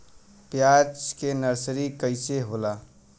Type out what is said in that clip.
प्याज के नर्सरी कइसे होला?